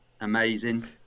amazing